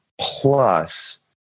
plus